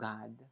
God